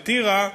בטירה,